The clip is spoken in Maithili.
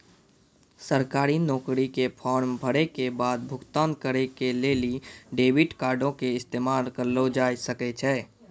सरकारी नौकरी के फार्म भरै के बाद भुगतान करै के लेली डेबिट कार्डो के इस्तेमाल करलो जाय सकै छै